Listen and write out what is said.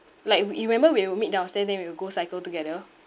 like we you remember we will meet downstairs then we will go cycle together